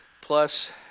plus